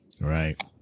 Right